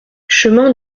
chemin